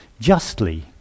justly